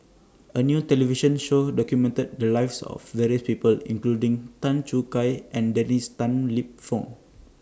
A New television Show documented The Lives of various People including Tan Choo Kai and Dennis Tan Lip Fong